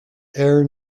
air